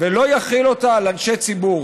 ולא נחיל אותה על אנשי ציבור.